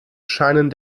scheinen